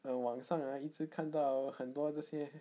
err 网上 ah 一直看到很多这些